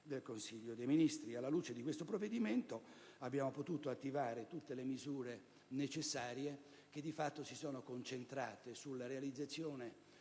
del Consiglio dei ministri. Alla luce di questo provvedimento, abbiamo potuto attivare tutte le misure necessarie, che si sono concentrate sulla realizzazione